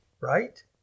right